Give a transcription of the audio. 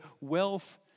wealth